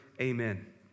amen